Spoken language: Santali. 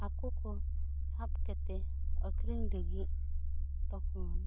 ᱦᱟᱹᱠᱩ ᱠᱚ ᱥᱟᱵ ᱠᱟᱛᱮ ᱟᱠᱨᱤᱧ ᱞᱟᱹᱜᱤᱫ ᱛᱚᱠᱷᱚᱱ